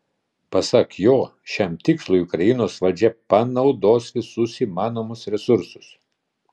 pasak jo šiam tikslui ukrainos valdžia panaudos visus įmanomus resursus